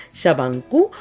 shabanku